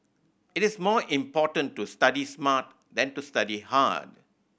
it is more important to study smart than to study hard